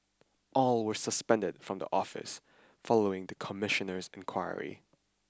all were suspended from office following the Commissioner's inquiry